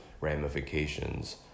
ramifications